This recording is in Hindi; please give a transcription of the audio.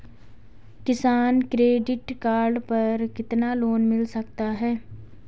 किसान क्रेडिट कार्ड पर कितना लोंन मिल सकता है?